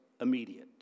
immediate